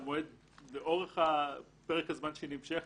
לפרק הזמן שהיא נמשכת,